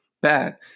bad